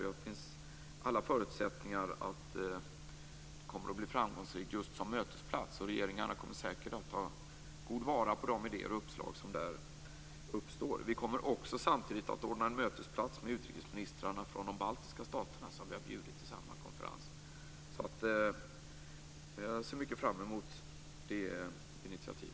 Det finns alla förutsättningar att det kommer att bli framgångsrikt just som mötesplats. Regeringarna kommer säkert att ta väl vara på de idéer och uppslag som där uppstår. Vi kommer samtidigt också att ordna en mötesplats med utrikesministrarna från de baltiska staterna, som vi har bjudit till samma konferens. Jag ser alltså mycket fram emot detta initiativ.